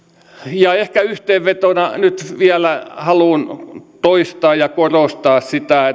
ehkä yhteenvetona nyt vielä haluan toistaa ja korostaa sitä